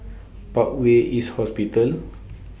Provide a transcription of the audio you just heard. Parkway East Hospital